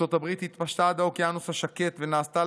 ארצות הברית התפשטה עד האוקיינוס השקט ונעשתה